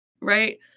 right